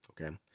okay